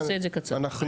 אנחנו